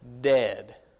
Dead